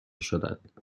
شدند